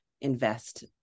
invest